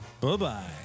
Bye-bye